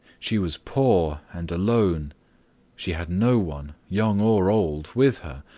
she was poor and alone she had no one, young or old, with her.